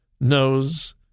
knows